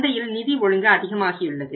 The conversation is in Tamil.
சந்தையில் நிதி ஒழுங்கு அதிகமாகியுள்ளது